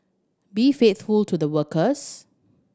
be faithful to the workers